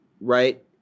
right